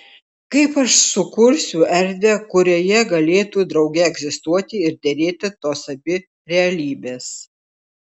kaip aš sukursiu erdvę kurioje galėtų drauge egzistuoti ir derėti tos abi realybės